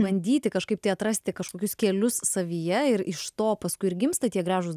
bandyti kažkaip tai atrasti kažkokius kelius savyje ir iš to paskui ir gimsta tie gražūs